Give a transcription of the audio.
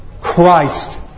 Christ